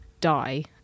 die